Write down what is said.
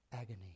Agony